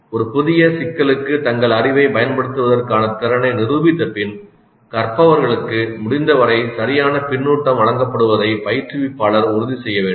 ஒரு புதிய சிக்கலுக்கு தங்கள் அறிவைப் பயன்படுத்துவதற்கான திறனை நிரூபித்தபின் கற்பவர்களுக்கு முடிந்தவரை சரியான பின்னூட்டம் வழங்கப்படுவதை பயிற்றுவிப்பாளர் உறுதி செய்ய வேண்டும்